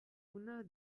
sooner